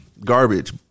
Garbage